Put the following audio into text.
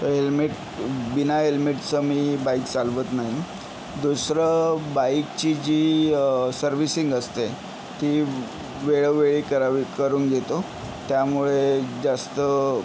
तर हेल्मेट बिना हेल्मेटचं मी बाईक चालवत नाही दुसरं बाईकची जी सर्विसिंग असते ती वेळोवेळी करावी करून घेतो त्यामुळे जास्त